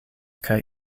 kaj